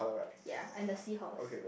ya and the seahorse